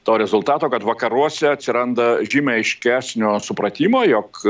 to rezultato kad vakaruose atsiranda žymiai aiškesnio supratimo jog